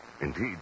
Indeed